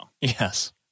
Yes